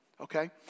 okay